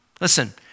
Listen